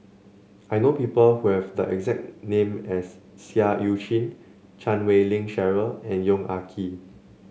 I know people who have the exact name as Seah Eu Chin Chan Wei Ling Cheryl and Yong Ah Kee